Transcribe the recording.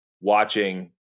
watching